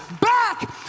back